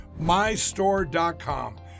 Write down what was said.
MyStore.com